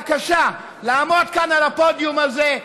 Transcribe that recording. לעמוד כאן על הפודיום הזה,